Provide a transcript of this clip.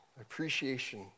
Appreciation